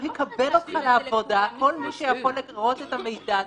יקבל אותך לעבודה כל מי שיכול לראות את המידע הזה.